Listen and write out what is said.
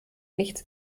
nichts